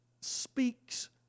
speaks